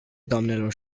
doamnelor